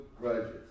grudges